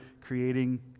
creating